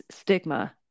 stigma